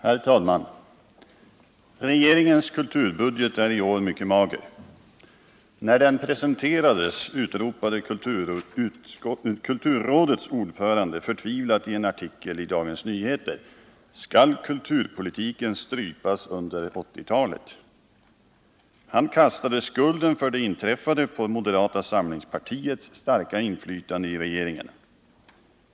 Herr talman! Regeringens kulturbudget är i år mycket mager. När den presenterades utropade kulturrådets ordförande förtvivlat i en artikel i Dagens Nyheter: Skall kulturpolitiken strypas under 1980-talet? Han kastade skulden för det inträffade på moderata samlingspartiets starka inflytande i regeringen.